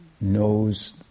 knows